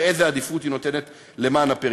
ואיזה עדיפות היא נותנת לפריפריה.